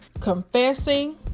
confessing